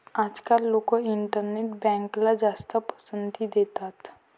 आजकाल लोक इंटरनेट बँकला जास्त पसंती देतात